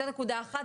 זו נקודה אחת.